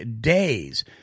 days